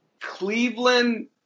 Cleveland